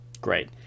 Great